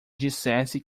dissesse